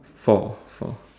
four four